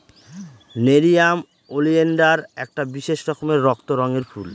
nerium oleander একটা বিশেষ রকমের রক্ত রঙের ফুল